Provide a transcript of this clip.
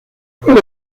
fue